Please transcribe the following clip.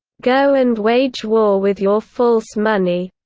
go and wage war with your false money.